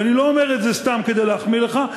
ואני לא אומר את זה סתם כדי להחמיא לך,